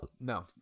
No